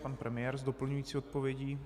Pan premiér s doplňující odpovědí.